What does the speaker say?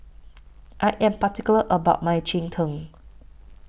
I Am particular about My Cheng Tng